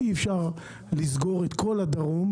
אי-אפשר לסגור את כל הדרום,